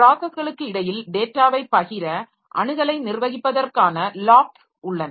ப்ராஸஸ்களுக்கு இடையில் டேட்டாவைப் பகிர அணுகலை நிர்வகிப்பதற்கான லாக்ஸ் உள்ளன